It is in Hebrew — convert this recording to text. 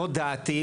הודעתי,